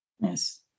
Yes